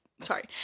Sorry